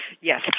Yes